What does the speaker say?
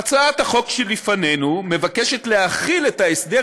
בהצעת החוק שלפנינו מוצע להחיל את ההסדר